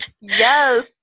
Yes